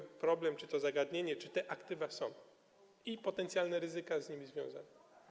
Chodzi o problem czy zagadnienie, czy te aktywa są, i potencjalne ryzyka z nimi związane.